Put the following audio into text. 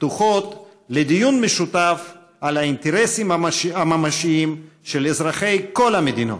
פתוחות לדיון משותף באינטרסים הממשיים של אזרחי כל המדינות.